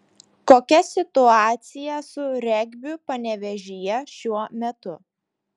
kokia situacija su regbiu panevėžyje šiuo metu